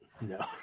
No